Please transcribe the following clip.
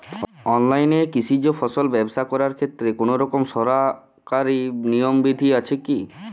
অনলাইনে কৃষিজ ফসল ব্যবসা করার ক্ষেত্রে কোনরকম সরকারি নিয়ম বিধি আছে কি?